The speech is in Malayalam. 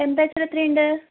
ടെംപറേച്ചർ എത്ര ഉണ്ട്